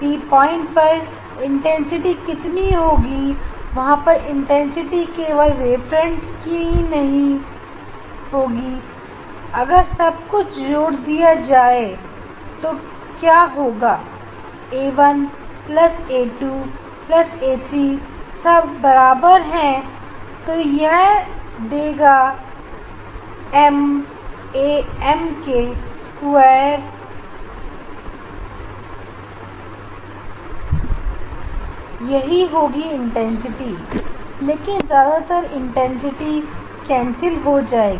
पीपर इंटेंसिटी कितनी होगी वहां पर इंटेंसिटी केबल वेवफ्रंट की ही नहीं होगी अगर सब कुछ जोड़ दिया जाए तो क्या होगा a1 plus a2 plus a3 सब बराबर है तो यह देगा एम ए एम के स्क्वायर एके यही होगी इंटेंसिटी लेकिन ज्यादातर इंटेंसिटी कैंसिल हो जाएगी